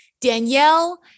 Danielle